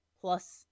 plus